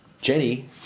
Jenny